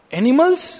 animals